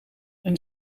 een